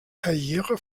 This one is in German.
karriere